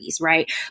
Right